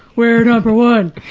we're number one,